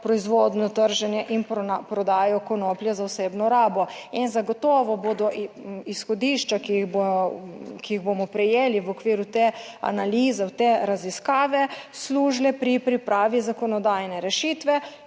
proizvodnjo, trženje in prodajo konoplje za osebno rabo in zagotovo bodo izhodišča, ki jih bo ki jih bomo prejeli v okviru te analize, te raziskave služile pri pripravi zakonodajne rešitve,